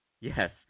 yes